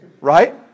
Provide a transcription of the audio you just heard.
Right